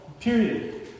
Period